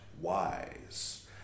wise